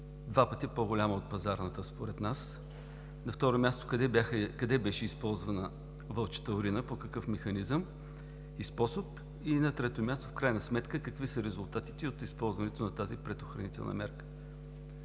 два пъти по-голяма от пазарната? На второ място, къде беше използвана вълчата урина, по какъв механизъм и способ? На трето място, в крайна сметка какви са резултатите от използването на тази предохранителна мярка?